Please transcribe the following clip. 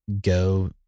go